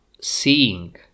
seeing